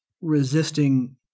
resisting